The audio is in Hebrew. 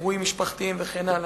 כמו אירועים משפחתיים וכן הלאה,